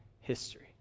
history